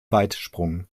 weitsprung